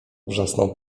wrzasnął